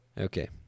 Okay